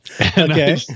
okay